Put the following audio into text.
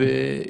מה הרעיון?